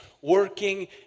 Working